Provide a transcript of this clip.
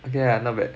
okay lah not bad